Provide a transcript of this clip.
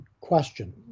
question